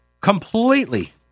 Completely